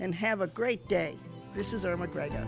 and have a great day this is a mcgregor